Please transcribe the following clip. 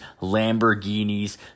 lamborghinis